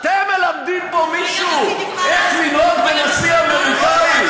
אתם מלמדים פה מישהו איך לנהוג בנשיא אמריקני?